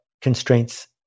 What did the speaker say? constraints